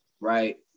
right